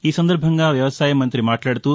ఈ సందర్బంగా వ్యవసాయ మంత్రి మాట్లాడుతూ